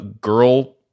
girl